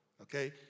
Okay